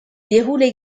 déroulent